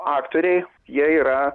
aktoriai jie yra